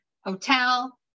Hotel